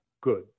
good